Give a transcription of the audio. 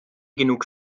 genug